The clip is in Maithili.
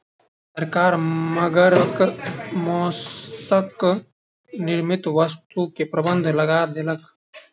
सरकार मगरक मौसक निर्मित वस्तु के प्रबंध लगा देलक